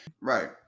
right